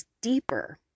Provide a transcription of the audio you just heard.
deeper